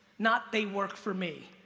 not they work for me.